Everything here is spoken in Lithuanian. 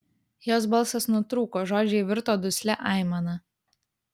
jos balsas nutrūko žodžiai virto duslia aimana